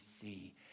see